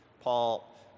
Paul